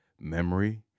memory